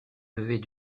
lever